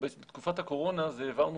בתקופת הקורונה, זה העברנו